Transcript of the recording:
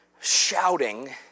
shouting